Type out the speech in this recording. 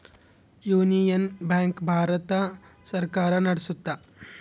union Bank Bharat ಸರ್ಕಾರ ನಡ್ಸುತ್ತ